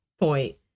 point